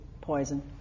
poison